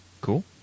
Cool